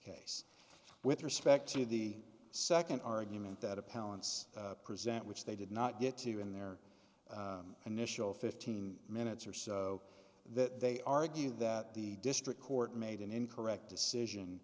case with respect to the second argument that opponents present which they did not get to in their initial fifteen minutes or so that they argued that the district court made an incorrect decision